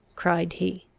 cried he.